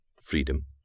Freedom